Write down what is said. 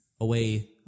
away